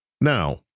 Now